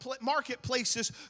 marketplaces